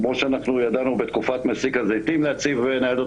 כמו שאנחנו ידענו בתקופת מסיק הזיתים להציב ניידות